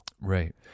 Right